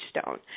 stone